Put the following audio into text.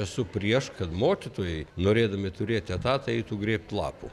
esu prieš kad mokytojai norėdami turėti etatą eitų grėbti lapų